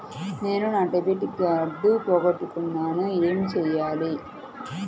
నేను నా debit card పోగొట్టుకున్నాను ఏమి చేయాలి?